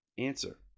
Answer